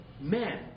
men